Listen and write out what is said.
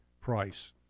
price